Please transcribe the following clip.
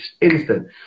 instant